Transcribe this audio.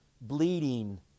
bleeding